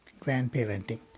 grandparenting